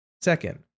Second